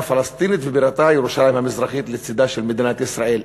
פלסטינית שבירתה ירושלים המזרחית לצדה של מדינת ישראל.